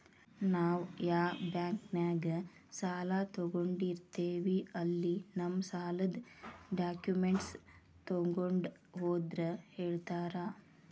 ನಾವ್ ಯಾ ಬಾಂಕ್ನ್ಯಾಗ ಸಾಲ ತೊಗೊಂಡಿರ್ತೇವಿ ಅಲ್ಲಿ ನಮ್ ಸಾಲದ್ ಡಾಕ್ಯುಮೆಂಟ್ಸ್ ತೊಗೊಂಡ್ ಹೋದ್ರ ಹೇಳ್ತಾರಾ